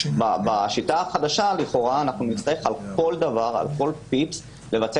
בשיטה החדשה לכאורה נצטרך על כל פיפס לבצע